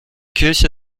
kirche